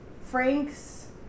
frank's